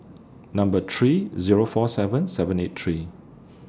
Number three Zero four seven seven eight three